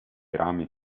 rami